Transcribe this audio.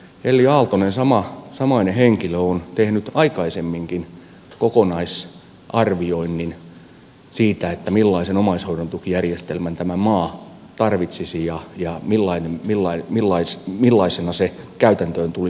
elli aaltonen samainen henkilö on tehnyt aikaisemminkin kokonaisarvioinnin siitä millaisen omaishoidon tukijärjestelmän tämä maa tarvitsisi ja millaisena se käytäntöön tulisi laittaa